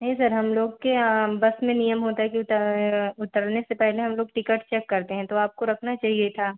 नहीं सर हम लोग के यहाँ बस में नियम होता है कि उत उतरने से पहले हम लोग टिकट चेक करते हैं तो आपको रखना चाहिए था